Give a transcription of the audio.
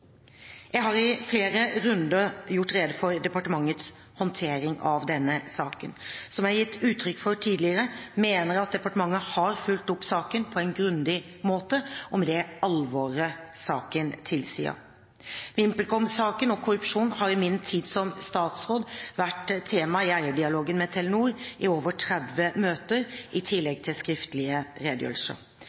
Jeg har i flere runder gjort rede for departementets håndtering av denne saken. Som jeg har gitt uttrykk for tidligere, mener jeg at departementet har fulgt opp saken på en grundig måte og med det alvoret saken tilsier. VimpelCom-saken og korrupsjon har i min tid som statsråd vært tema i eierdialogen med Telenor i over 30 møter, i tillegg til skriftlige redegjørelser.